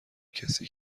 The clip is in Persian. کسی